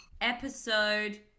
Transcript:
episode